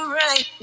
right